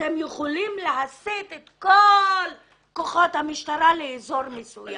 אתם יכולים להסיט את כל כוחות המשטרה לאזור מסוים